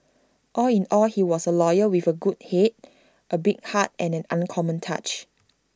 all in all he was A lawyer with A good Head A big heart and an uncommon touch